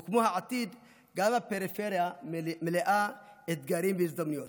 וכמו העתיד גם הפריפריה מלאה אתגרים והזדמנויות.